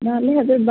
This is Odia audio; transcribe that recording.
ନହେଲେ ହଜ